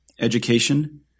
education